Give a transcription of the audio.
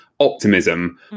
optimism